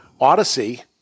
Odyssey